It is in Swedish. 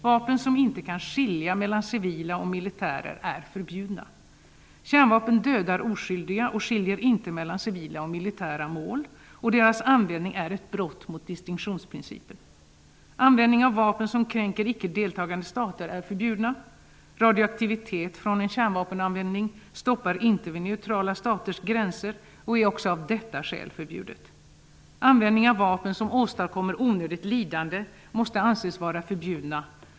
Vapen som inte kan skilja mellan civila och militärer är förbjudna. Kärnvapen dödar oskyldiga och skiljer inte mellan civila och militära mål, och deras användning är ett brott mot distinktionsprincipen. Användning av vapen som kränker icke-deltagande stater är förbjuden. Radioaktivitet från en kärnvapenanvändning stoppar inte vid neutrala staters gränser, och användning är också av detta skäl förbjuden. Användning av vapen som åstadkommer onödigt lidande måste anses vara förbjuden.